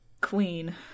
queen